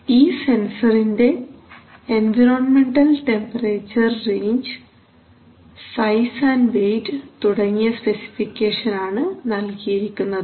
ഈ സെൻസറിന്റെ environmental temperature range size weight തുടങ്ങിയ സ്പെസിഫിക്കേഷൻ ആണ് നൽകിയിരിക്കുന്നത്